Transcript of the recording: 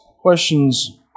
Questions